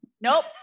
nope